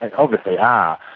and obviously are,